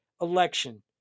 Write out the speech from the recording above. election